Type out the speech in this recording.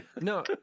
No